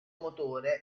motore